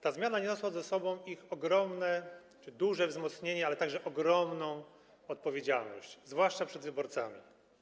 Ta zmiana niosła za sobą ich ogromne czy duże wzmocnienie, ale także ogromną odpowiedzialność, zwłaszcza przed wyborcami.